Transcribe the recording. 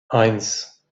eins